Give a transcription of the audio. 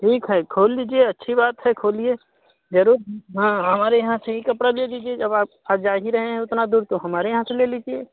ठीक है खोल लीजिए अच्छी बात है खोलिए ज़रूर हाँ हमारे यहाँ से ही कपड़ा ले लीजिए जब आप आज आ ही रहें उतना दूर तो हमारे यहाँ से ले लीजिए